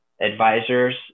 advisors